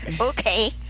okay